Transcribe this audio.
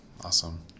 Awesome